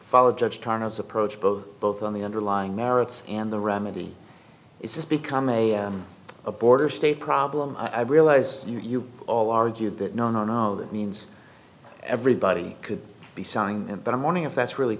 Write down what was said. followed judge thomas approach both both on the underlying merits and the remedy it's just become a a border state problem i realize you all argue that no no no that means everybody could be selling but i'm warning if that's really